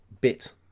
bit